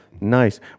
Nice